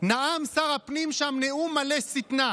נאם שר הפנים שם נאום מלא שטנה